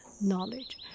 knowledge